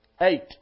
Eight